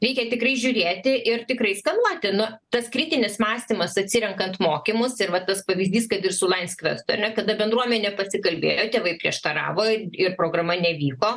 reikia tikrai žiūrėti ir tikrai skanuoti nu tas kritinis mąstymas atsirenkant mokymus ir va tas pavyzdys kad ir su lains kvestu ar ne kada bendruomenė pasikalbėjo tėvai prieštaravo ir ir programa nevyko